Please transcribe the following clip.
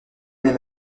même